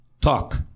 talk